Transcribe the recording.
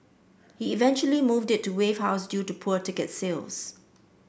he eventually moved it to Wave House due to poor ticket sales